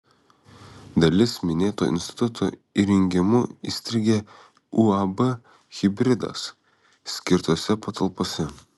dalis minėto instituto įrengimų įstrigę uab hibridas skirtose patalpose